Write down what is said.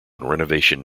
renovation